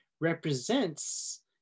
represents